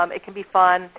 um it can be fun.